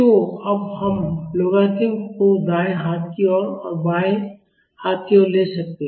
तो अब हम लोगारित्म को दाएँ हाथ की ओर और बाएँ हाथ की ओर ले सकते हैं